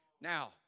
Now